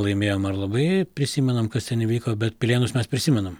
laimėjom ar labai prisimenam kas ten įvyko bet pilėnus mes prisimenam